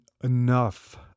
enough